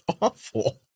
awful